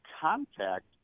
contact